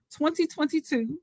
2022